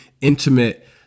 intimate